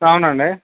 అవును అండి